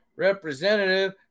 representative